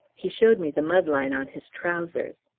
he showed me the mud-line on his trousers.